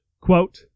Quote